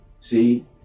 See